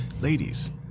ladies